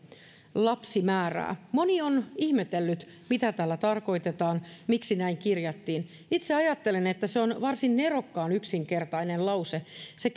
lapsimäärää moni on ihmetellyt mitä tällä tarkoitetaan miksi näin kirjattiin itse ajattelen että se on varsin nerokkaan yksinkertainen lause se